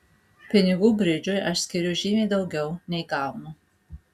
pinigų bridžui aš skiriu žymiai daugiau nei gaunu